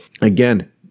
again